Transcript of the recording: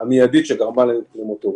המידית שגרמה למותו.